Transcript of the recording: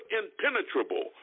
impenetrable